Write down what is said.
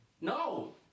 No